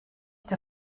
der